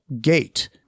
gate